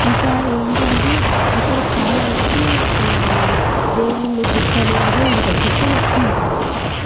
ఇంకా ఏంటంటే అక్కడ చాలా వరకు దేవుళ్ళు గుట్టలు అవే ఉంటాయి గుట్టలు ఎక్కువుంటాయి అన్నమాట